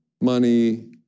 money